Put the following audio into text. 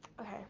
okay